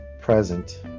present